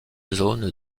zone